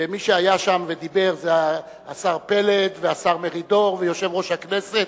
ומי שהיה שם ודיבר זה השר פלד והשר מרידור ויושב-ראש הכנסת.